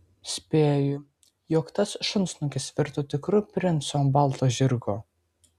spėju jog tas šunsnukis virto tikru princu ant balto žirgo